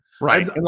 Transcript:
Right